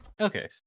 Okay